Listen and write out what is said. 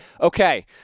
Okay